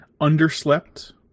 underslept